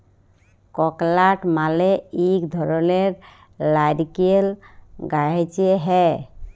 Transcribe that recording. ককলাট মালে ইক ধরলের লাইরকেল গাহাচে হ্যয়